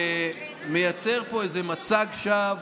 ומייצר פה איזה מצג שווא